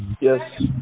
yes